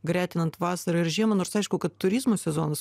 gretinant vasarą ir žiemą nors aišku kad turizmo sezonas